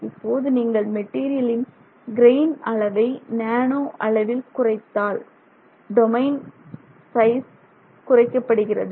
இப்போது நீங்கள் மெட்டீரியலின் கிரெய்ன் அளவை நேனோ அளவில் குறைத்தால் டொமைன் சைஸ் குறைக்கப்படுகிறது